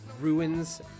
ruins